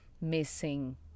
missing